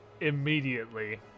immediately